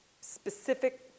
specific